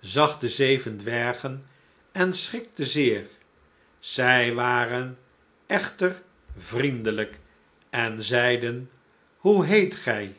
zag de zeven dwergen en schrikte zeer zij waren echter vriendelijk en zeiden hoe heet gij